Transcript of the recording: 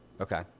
Okay